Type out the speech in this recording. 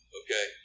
okay